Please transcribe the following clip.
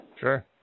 Sure